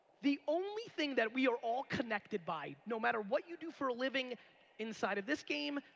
the only thing that we are all connected by no matter what you do for living inside of this game,